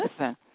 listen